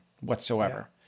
whatsoever